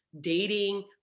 dating